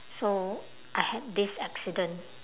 so I had this accident